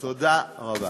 תודה רבה.